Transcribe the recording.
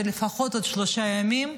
זה לפחות עוד שלושה ימים,